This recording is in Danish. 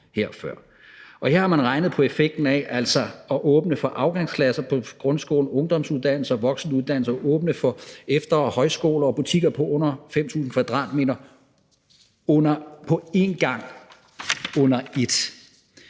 her har man altså regnet på effekten af at åbne for afgangsklasser på grundskolen, ungdomsuddannelser og voksenuddannelser, åbne for efter- og højskoler og butikker på under 5.000 m² – på en gang, under et.